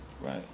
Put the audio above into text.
Right